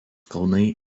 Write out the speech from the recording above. kalnai